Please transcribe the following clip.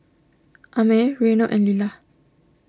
Amey Reino and Lilah